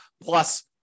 plus